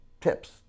tips